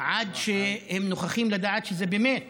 עד שהם נוכחים לדעת שזה באמת